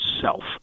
self